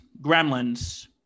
Gremlins